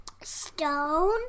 Stone